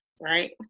right